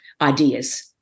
ideas